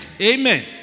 Amen